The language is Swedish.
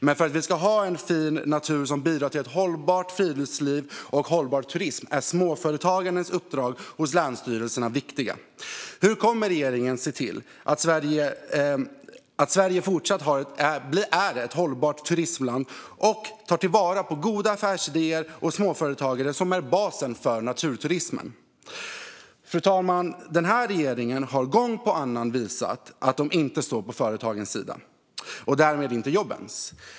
Men för att vi ska ha en fin natur som bidrar till ett hållbart friluftsliv och hållbar turism är småföretagens uppdrag hos länsstyrelserna viktiga. Hur kommer regeringen att se till att Sverige fortsatt är ett hållbart turistland som tar vara på goda affärsidéer och småföretagare som basen för naturturismen? Fru talman! Den här regeringen har gång efter annan visat att den inte står på företagens sida och därmed inte jobbens.